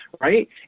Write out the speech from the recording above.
right